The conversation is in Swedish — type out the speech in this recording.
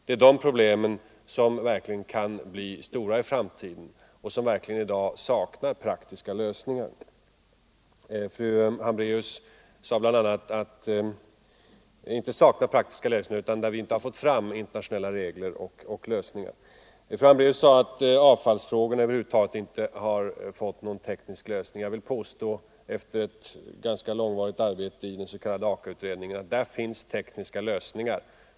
Det är dessa problem som verkligen är stora i framtiden och där vi i dag inte har fått fram praktiska lösningar. Fru Hambraeus sade att avfallsfrågorna över huvud taget inte har fått någon teknisk lösning. Jag vill påstå, efter ett långvarigt arbete i den s.k. AKA-utredningen, att det finns lösningar.